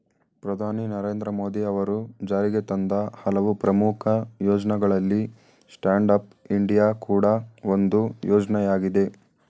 ಪ್ರಧಾನಿ ನರೇಂದ್ರ ಮೋದಿ ಅವರು ಜಾರಿಗೆತಂದ ಹಲವು ಪ್ರಮುಖ ಯೋಜ್ನಗಳಲ್ಲಿ ಸ್ಟ್ಯಾಂಡ್ ಅಪ್ ಇಂಡಿಯಾ ಕೂಡ ಒಂದು ಯೋಜ್ನಯಾಗಿದೆ